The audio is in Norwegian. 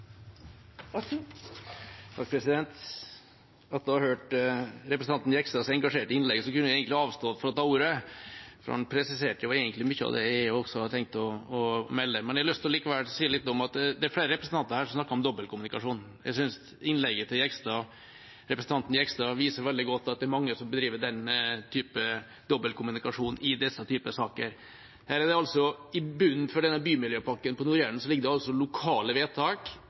ha hørt representanten Jegstads engasjerte innlegg kunne jeg egentlig avstått fra å ta ordet, for han presiserte mye av det jeg også hadde tenkt å melde. Jeg har likevel lyst til å si litt om at det er flere representanter her som snakker om dobbeltkommunikasjon. Jeg synes innlegget til representanten Jegstad viser veldig godt at det er mange som bedriver dobbeltkommunikasjon i denne typen saker. I bunnen for Bymiljøpakken for Nord-Jæren ligger det lokale vedtak, første gang fra 2014, som dannet grunnlaget for et enstemmig stortingsvedtak i mars 2017. I tillegg er bymiljøpakken